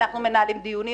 אנחנו מנהלים דיונים,